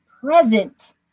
present